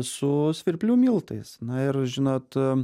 su svirplių miltais na ir žinot